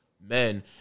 men